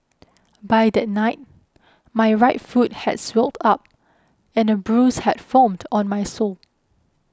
by that night my right foot had swelled up and a bruise had formed on my sole